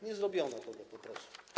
Nie zrobiono tego po prostu.